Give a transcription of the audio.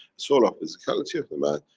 soul of physicality of the man.